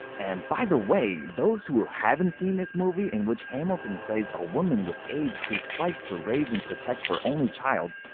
and by the way, those who haven't seen this movie, in which hamilton plays a woman with aids who fights to raise and protect her only child,